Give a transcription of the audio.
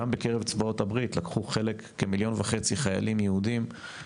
גם בקרב צבאות הברית לקחו חלק כמיליון וחצי חיילים יהודים,